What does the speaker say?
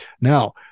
Now